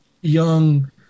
young